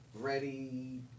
Ready